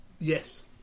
Yes